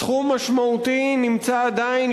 סכום משמעותי נמצא עדיין,